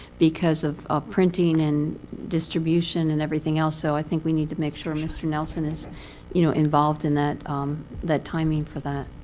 because of printing, and distribution, and everything else. so i think we need to make sure mr. nelson is you know involved in that that timing for that.